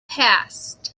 passed